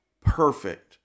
perfect